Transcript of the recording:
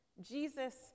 Jesus